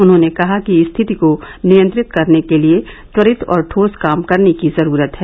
उन्होंने कहा कि स्थिति को नियंत्रित करने के लिए त्वरित और ठोस काम करने की जरूरत है